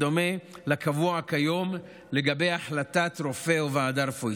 בדומה לקבוע כיום לגבי החלטת רופא או ועדה רפואית.